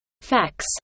Facts